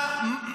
לא בהכרח.